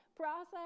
process